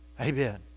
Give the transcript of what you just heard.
Amen